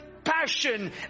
passion